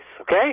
okay